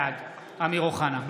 בעד אמיר אוחנה,